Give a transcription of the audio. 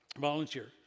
volunteer